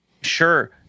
sure